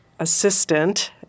assistant